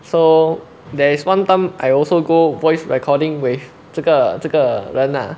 so there's one time I also go voice recording with 这个这个人 lah